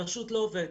פשוט לא עובד.